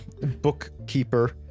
bookkeeper